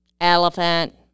elephant